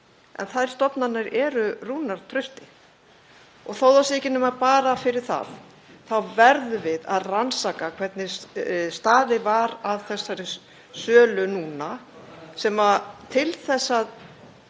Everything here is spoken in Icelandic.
en þær stofnanir eru rúnar trausti. Og þó að það sé ekki nema bara fyrir það verðum við að rannsaka hvernig staðið var að þessari sölu núna til þess að